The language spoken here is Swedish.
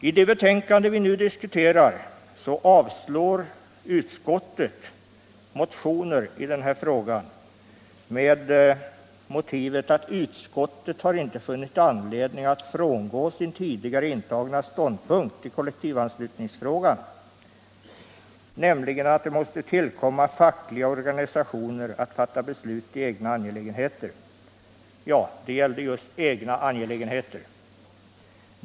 I det betänkande vi nu diskuterar avstyrker utskottet motioner i den här frågan med motiveringen: ”Utskottet har inte funnit anledning att frångå sin tidigare intagna ståndpunkt i kollektivanslutningsfrågan, nämligen att det måste tillkomma fackliga organisationer att fatta beslut i egna angelägenheter.” Ja, det gäller just egna angelägenheter.